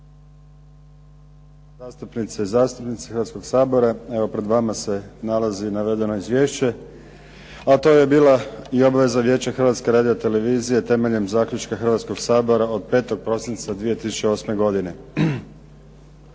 zastupnice i zastupnici Hrvatskoga sabora. Evo pred vama se nalazi navedeno izvješće a to je bila i obaveza Vijeća Hrvatske radio-televizije temeljem Zaključka Hrvatskoga sabora od 5. prosinca 2008. godine.